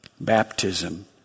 Baptism